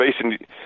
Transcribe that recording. facing